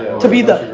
to be the,